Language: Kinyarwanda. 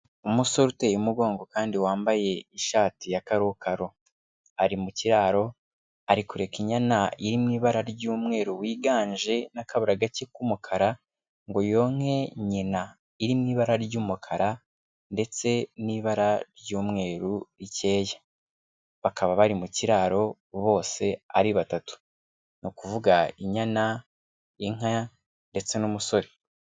Umusore uteye umugongo kandi wambaye ishati ya kakaro, ari mu kiraro ari kureka inyana iri mu ibara ry'umweru wiganje n'akabara gake k'umukara ngo yonke nyina iri mu ibara ry'umukara ndetse n'ibara ry'umweru rikeya, bakaba bari mu kiraro bose ari batatu, ni ukuvuga inyana, inka ndetse n'umusore.